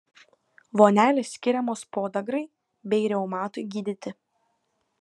vonelės skiriamos podagrai bei reumatui gydyti